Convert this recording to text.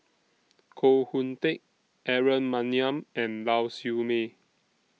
Koh Hoon Teck Aaron Maniam and Lau Siew Mei